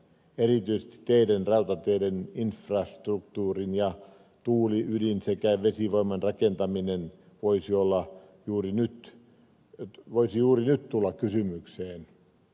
erityisesti teiden rautateiden infrastruktuurin ja tuuli ydin sekä vesivoiman rakentaminen voisi olla juuri nyt ei voisi juuri nyt tulla kysymykseen